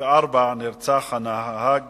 ב-1994 נרצח הנהג